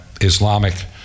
islamic